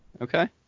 Okay